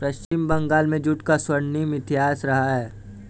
पश्चिम बंगाल में जूट का स्वर्णिम इतिहास रहा है